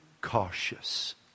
Cautious